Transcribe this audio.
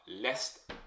less